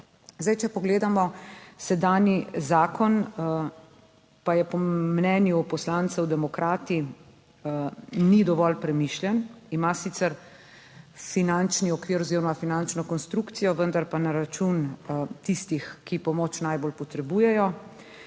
Zdaj, če pogledamo sedanji zakon, pa je po mnenju poslancev demokrati ni dovolj premišljen, ima sicer finančni okvir oziroma finančno konstrukcijo, vendar pa na račun tistih, ki pomoč najbolj potrebujejo.